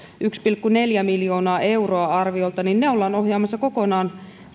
yksi pilkku neljä miljoonaa euroa arviolta ollaan ohjaamassa kokonaan